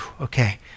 okay